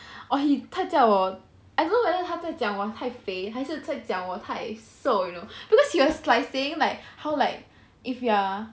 or 他叫我 I don't know whether 他在讲我太肥还是在讲我太瘦 because he was saying like how like if you are